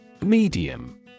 Medium